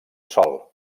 sòl